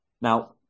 Now